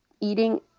eating